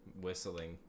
whistling